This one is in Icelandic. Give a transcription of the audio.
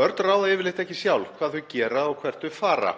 Börn ráða yfirleitt ekki sjálf hvað þau gera og hvert þau fara.